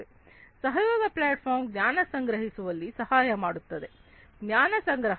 collaborative platform ಜ್ಞಾನ ಸಂಗ್ರಹಿಸುವಲ್ಲಿ ಸಹಾಯಮಾಡುತ್ತದೆ ಜ್ಞಾನ ಸಂಗ್ರಹ